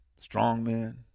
strongmen